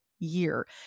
year